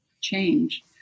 change